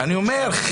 אני אומר,